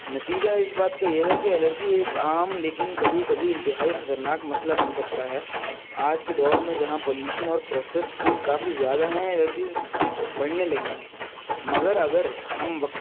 نتیجہ اس بات کا یہ ہے کہ الرجی ایک عام لیکن کبھی کبھی انتہائی خطرناک مسئلہ بن سکتا ہے آج کے دور میں جہاں پلیوشن اور پروسیسڈ فوڈ کافی زیادہ ہیں الرجیز بڑھنے لگی ہیں مگر اگر ہم وقت